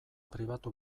pribatu